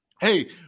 hey